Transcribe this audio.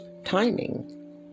timing